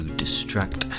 distract